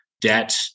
debt